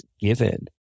given